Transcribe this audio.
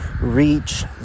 reach